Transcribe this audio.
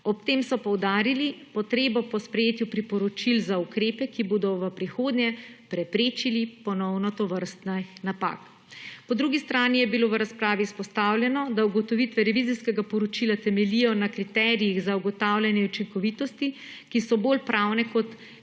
Ob tem so poudarili potrebo po sprejetju priporočil za ukrepe, ki bodo v prihodnje preprečili ponavljanje tovrstnih napak. Po drugi strani je bilo v razpravi izpostavljeno, da ugotovitve revizijskega poročila temeljijo na kriterijih za ugotavljanje učinkovitosti, ki so bolj pravne kot